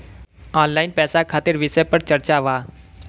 Online पैसा खातिर विषय पर चर्चा वा?